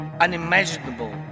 unimaginable